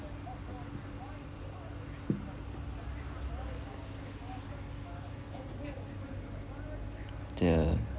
the